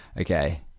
Okay